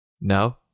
No